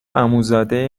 عموزاده